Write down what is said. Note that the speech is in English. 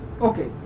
Okay